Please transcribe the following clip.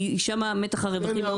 כי שם נתח הרווחים הוא מאוד מאוד גבוה.